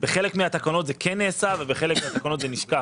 בחלק מהתקנות זה כן נעשה ובחלק מהתקנות זה נשכח.